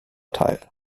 teil